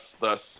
thus